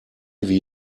wie